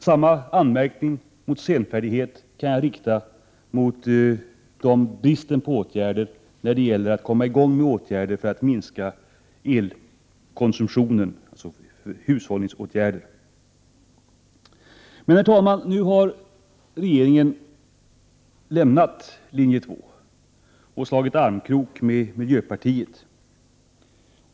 Samma anmärkning mot senfärdighet kan jag rikta mot bristen på åtgärder när det gäller att minska elkonsumtionen, dvs. hushållningsåtgärder. Herr talman! Regeringen har nu lämnat linje 2 och slagit armkrok med Prot. 1988/89:119 miljöpartiet.